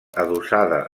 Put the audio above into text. adossada